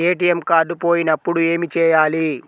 ATM card పోయినప్పుడు ఏమి చేయాలి?